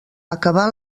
acabà